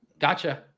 gotcha